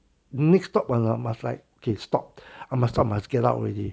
hmm next stop !alamak! like okay stopped I must stop I must get out already